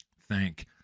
thank